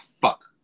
Fuck